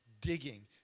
digging